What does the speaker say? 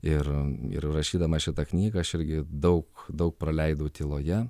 ir ir rašydama šitą knygą aš irgi daug daug praleidau tyloje